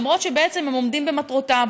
למרות שבעצם הם עומדים במטרותיו.